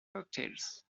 cocktails